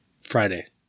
Friday